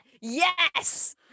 Yes